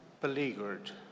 beleaguered